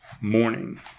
morning